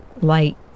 light